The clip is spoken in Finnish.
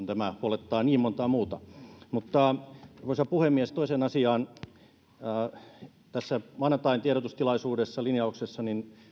tämä huolettaa niin montaa muuta mutta arvoisa puhemies toiseen asiaan tässä maanantain tiedotustilaisuuden linjauksessa